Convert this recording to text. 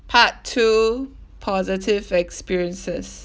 part two positive experiences